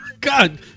God